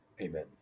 amen